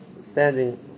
standing